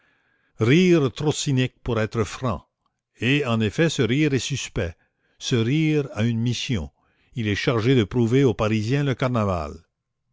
rire trop cynique pour être franc et en effet ce rire est suspect ce rire a une mission il est chargé de prouver aux parisiens le carnaval